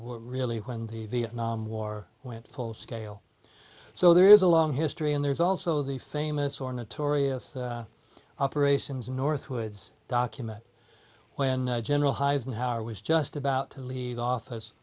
which really when the vietnam war went full scale so there is a long history and there's also the famous or notorious operations northwards document when general highs and howard was just about to leave office